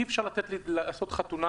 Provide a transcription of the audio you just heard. אי אפשר לעשות חתונה,